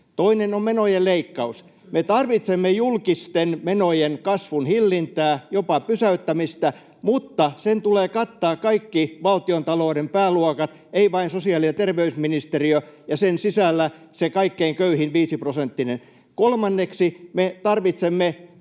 Toinen on menojen leikkaus. Me tarvitsemme julkisten menojen kasvun hillintää, jopa pysäyttämistä, mutta sen tulee kattaa kaikki valtiontalouden pääluokat, ei vain sosiaali- ja terveysministeriö ja sen sisällä se kaikkein köyhin viisiprosenttinen. Kolmanneksi, me tarvitsemme